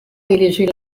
dirigir